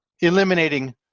eliminating